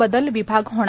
बदल विभाग होणार